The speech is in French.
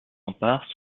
remparts